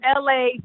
LA